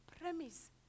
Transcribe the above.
premise